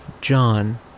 John